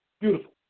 Beautiful